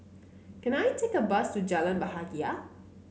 can I take a bus to Jalan Bahagia